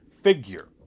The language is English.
figure